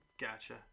Gotcha